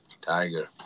Tiger